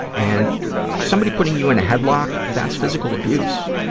and somebody putting you in a headlock, that's physical abuse.